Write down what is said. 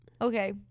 okay